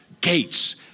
Gates